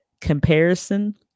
comparison